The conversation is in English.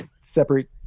separate